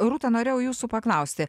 rūta norėjau jūsų paklausti